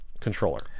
controller